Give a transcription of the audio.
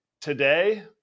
today